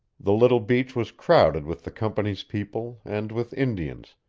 the little beach was crowded with the company's people and with indians,